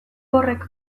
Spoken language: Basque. horrek